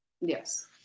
Yes